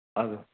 हजुर